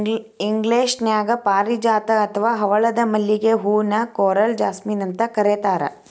ಇಂಗ್ಲೇಷನ್ಯಾಗ ಪಾರಿಜಾತ ಅತ್ವಾ ಹವಳದ ಮಲ್ಲಿಗೆ ಹೂ ನ ಕೋರಲ್ ಜಾಸ್ಮಿನ್ ಅಂತ ಕರೇತಾರ